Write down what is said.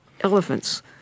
elephants